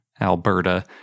Alberta